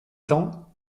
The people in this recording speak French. temps